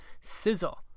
sizzle